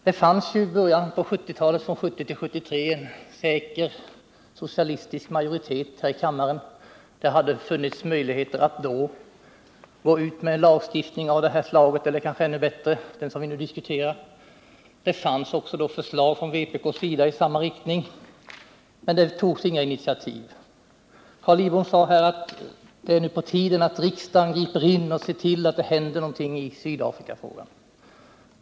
Från 1970 till 1973 fanns det en säker socialistisk majoritet här i kammaren. Det hade funnits möjligheter att då gå ut med en lagstiftning av det slag vi nu diskuterar. Det fanns då också förslag från vpk i den riktningen. Men då togs inga initiativ. Carl Lidbom sade att det nu är på tiden att riksdagen griper in och ser till att det händer någonting i Sydafrikafrågan.